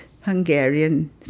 Hungarian